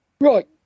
Right